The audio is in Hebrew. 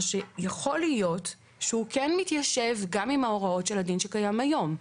שיכול להיות שהוא כן מתיישב גם עם ההוראות של הדין שקיים היום.